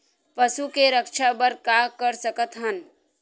पशु के रक्षा बर का कर सकत हन?